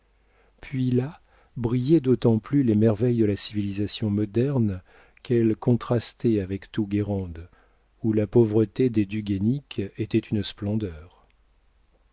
puis là brillaient d'autant plus les merveilles de la civilisation moderne qu'elles contrastaient avec tout guérande où la pauvreté des du guénic était une splendeur